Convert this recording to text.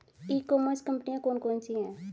ई commerce कंपनियाँ कौन कौन सी हैं?